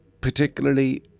particularly